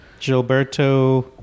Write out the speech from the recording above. Gilberto